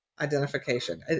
identification